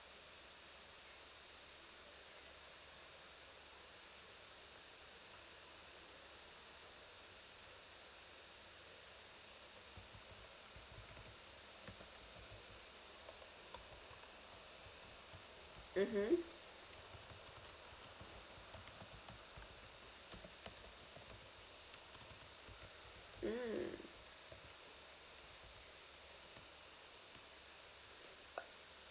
mmhmm mm uh